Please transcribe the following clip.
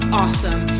awesome